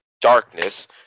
Darkness